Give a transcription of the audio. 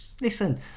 listen